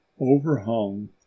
overhung